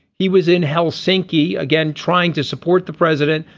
he was in helsinki again trying to support the president.